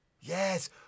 Yes